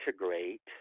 integrate